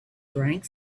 drank